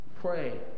pray